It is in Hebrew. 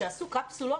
כשעשו קפסולות,